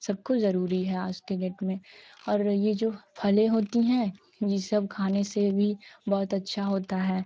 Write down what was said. सबको ज़रूरी है आज की डेट में और यह जो फलें होती हैं यह सब खाने से भी बहुत अच्छा होता है